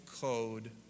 code